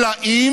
אלא אם